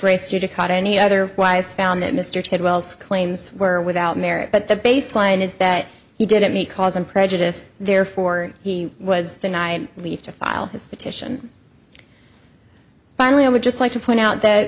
race you to cut any other wise found that mr ted wells claims were without merit but the baseline is that he did at me cause i'm prejudiced therefore he was denied leave to file his petition finally i would just like to point out that